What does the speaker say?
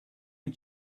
and